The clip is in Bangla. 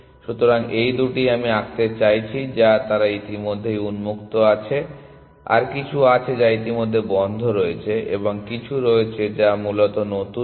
সুতরাং এই দুটি আমি আঁকতে চাইছি যে তারা ইতিমধ্যেই উন্মুক্ত আছে আর কিছু আছে যা ইতিমধ্যেই বন্ধ রয়েছে এবং কিছু রয়েছে যা মূলত নতুন নোড